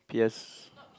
p_s